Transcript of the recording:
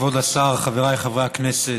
כבוד השר, חבריי חברי הכנסת,